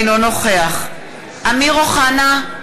אינו נוכח אמיר אוחנה,